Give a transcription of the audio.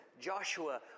Joshua